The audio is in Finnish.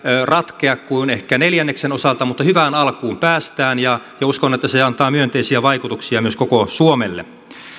ratkea kuin ehkä neljänneksen osalta mutta hyvään alkuun päästään ja uskon että se antaa myönteisiä vaikutuksia myös koko suomelle